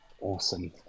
awesome